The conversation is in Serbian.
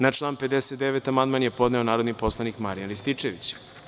Na član 59. amandman je podneo narodni poslanik Marijan Rističević.